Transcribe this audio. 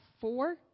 four